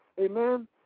Amen